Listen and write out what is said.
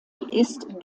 ist